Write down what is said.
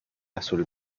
azul